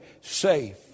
safe